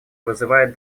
вызывает